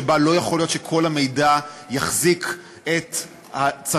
שבה לא יכול להיות שכל המידע יחזיק את הצרכנים